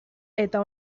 eta